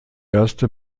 erste